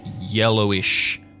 yellowish